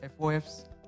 FOFs